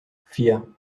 vier